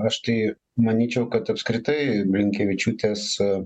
aš tai manyčiau kad apskritai blinkevičiūtės